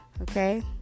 Okay